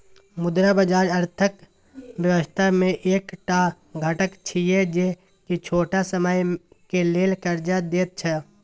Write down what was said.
मुद्रा बाजार अर्थक व्यवस्था के एक टा घटक छिये जे की छोट समय के लेल कर्जा देत छै